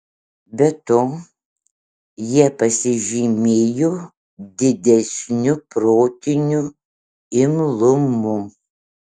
be to jie pasižymėjo didesniu protiniu imlumu